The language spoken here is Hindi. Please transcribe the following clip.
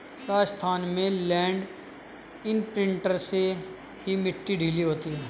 राजस्थान में लैंड इंप्रिंटर से ही मिट्टी ढीली होती है